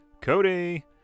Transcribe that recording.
Cody